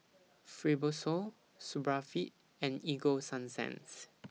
Supravit and Ego Sunsense